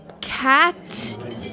Cat